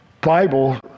Bible